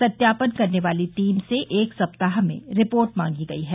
सत्यापन करने वाली टीम से एक सप्ताह में रिपोर्ट मांगी गई है